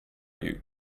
you